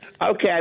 Okay